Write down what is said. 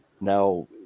now